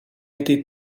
été